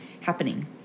happening